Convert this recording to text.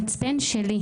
המצפן שלי,